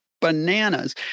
bananas